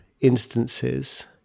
instances